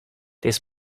this